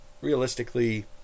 realistically